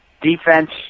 defense